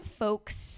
folks